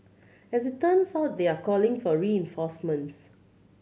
as it turns out they are calling for reinforcements